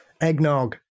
eggnog